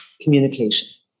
communication